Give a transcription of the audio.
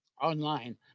online